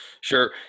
Sure